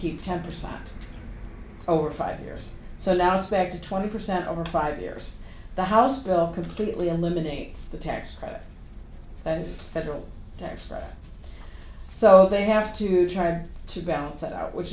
keep ten percent over five years so now it's back to twenty percent over five years the house bill completely eliminates the tax credit that is federal tax credit so they have to try to balance that out which